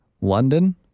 London